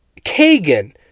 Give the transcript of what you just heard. Kagan